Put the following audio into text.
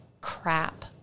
crap